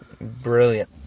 Brilliant